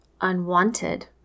unwanted